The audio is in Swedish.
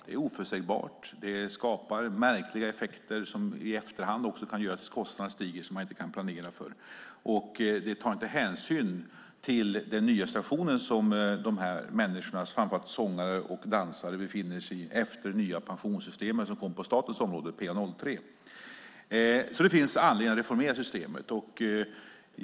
Det är oförutsägbart och skapar märkliga effekter som stigande kostnader som man inte kan planera för. Och det tar inte hänsyn till den nya situationen som framför allt sångare och dansare befinner sig i och med det nya pensionssystemet som kom på statens område, PA03. Det finns alltså anledning att reformera systemet.